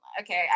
okay